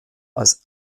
als